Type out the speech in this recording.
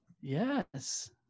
Yes